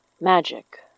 MAGIC